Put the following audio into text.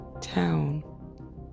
town